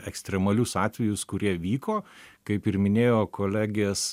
ekstremalius atvejus kurie vyko kaip ir minėjo kolegės